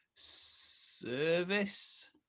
Service